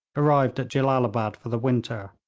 arrived at jellalabad for the winter,